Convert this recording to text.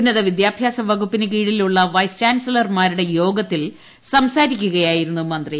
ഉന്നതവിദ്യാഭ്യാസ വകുപ്പിനു കീഴിലുള്ള വൈസ് ചാൻസലർമാരുടെ യോഗത്തിൽ സംസാരിക്കുകയായിരുന്നു മന്ത്രി